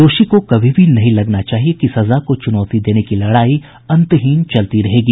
दोषी को कभी नहीं लगना चाहिये कि सजा को चुनौती देने की लड़ाई अंतहीन चलती रहेगी